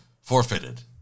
forfeited